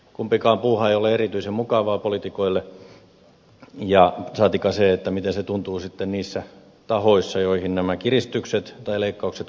kumpikaan puuha ei ole erityisen mukavaa poliitikoille saatikka se miten se tuntuu niissä tahoissa joihin nämä kiristykset tai leikkaukset kohdistuvat